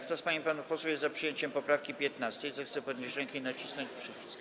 Kto z pań i panów posłów jest za przyjęciem poprawki 15., zechce podnieść rękę i nacisnąć przycisk.